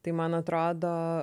tai man atrodo